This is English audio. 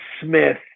Smith